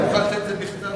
אם תוכל לתת את זה בכתב,